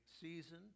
season